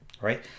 Right